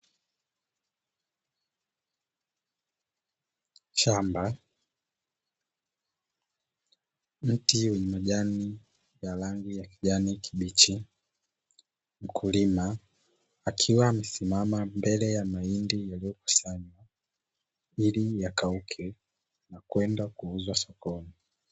Shamba, mti wenye majani ya rangi ya kijani kibichi, mkulima akiwa amesimama mbele ya mahindi yaliyokusanywa ili yakauke na kwenda kuuzwa sokoni.